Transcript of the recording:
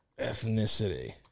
Ethnicity